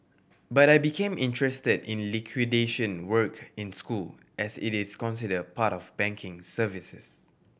but I became interested in liquidation work in school as it is considered part of banking services